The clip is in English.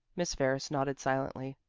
miss ferris nodded silently.